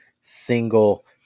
single